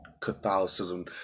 catholicism